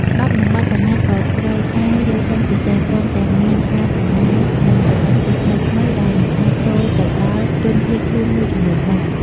ច្បាប់និងបទប្បញ្ញត្តិក៏ត្រូវការយល់ដឹងពិសេស ព្រមទាំងមានការចំណាយ និងបច្ចេកទេសថ្មីៗដែលមិនអាចចូលទៅដល់ជនភៀសខ្លួនមួយចំនួនបាន។